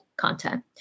content